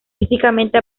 físicamente